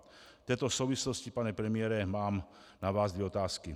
V této souvislosti, pane premiére, mám na vás dvě otázky.